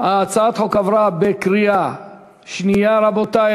הצעת החוק עברה בקריאה השנייה, רבותי.